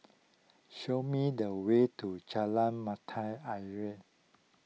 show me the way to Jalan Mata Ayer